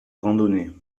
randonnée